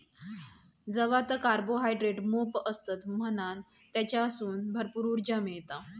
जवात कार्बोहायड्रेट मोप असतत म्हणान तेच्यासून भरपूर उर्जा मिळता